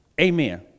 Amen